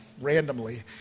randomly